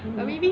mmhmm